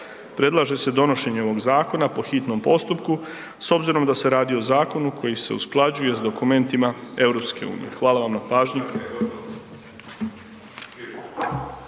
predlaže se donošenje ovog zakona po hitnom postupku s obzirom da se radi o zakonu koji se usklađuje s dokumentima EU. Hvala vam na pažnji.